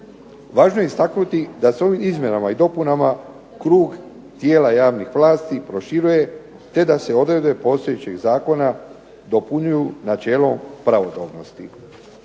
Važno je istaknuti da se ovim Izmjenama i dopunama krug tijela javnih vlasti proširuje te da se odredbe postojećeg Zakona dopunjuje načelo pravodobnosti.